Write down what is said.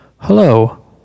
Hello